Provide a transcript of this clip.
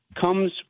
comes